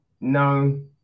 No